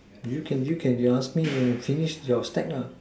you can you can you ask me we can finish your stack lah